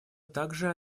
также